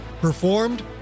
Performed